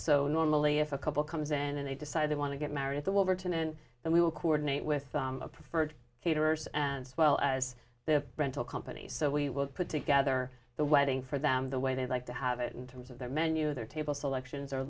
so normally if a couple comes in and they decide they want to get married at the will written and then we will coordinate with the preferred caterers and well as the rental companies so we will put together or the wedding for them the way they like to have it in terms of their menu their table selections